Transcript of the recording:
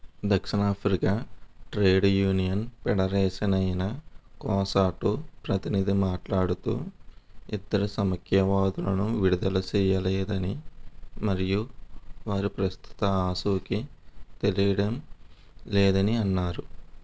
దక్షిణాఫ్రికా trade union federation అయిన COSATU ప్రతినిధి మాట్లాడుతూ ఇద్దరు సమైక్యవాదులను విడుదల చేయలేదని మరియు వారి ప్రస్తుత ఆచూకీ తెలియడం లేదని అన్నారు